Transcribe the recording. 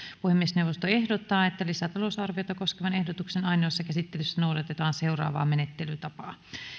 puhemiesneuvosto ehdottaa että lisätalousarviota koskevan ehdotuksen ainoassa käsittelyssä noudatetaan seuraavaa menettelytapaa